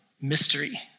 mystery